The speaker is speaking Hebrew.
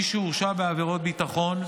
מי שהורשע בעבירות ביטחון,